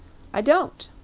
i don't.